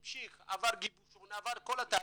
הוא המשיך, עבר גיבושון ואת כל התהליך,